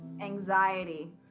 Anxiety